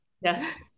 yes